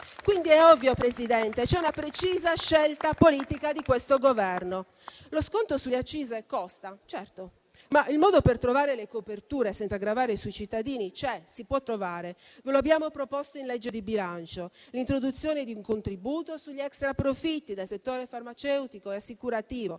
quindi ovvio, signor Presidente, che c'è una precisa scelta politica di questo Governo. Lo sconto sulle accise costa, certo, ma il modo per trovare le coperture senza gravare sui cittadini c'è, si può trovare, come vi abbiamo proposto in sede di discussione della legge di bilancio con l'introduzione di un contributo sugli extraprofitti del settore farmaceutico e assicurativo.